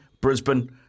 Brisbane